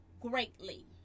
greatly